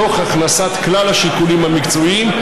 תוך הכנסת כלל השיקולים המקצועיים,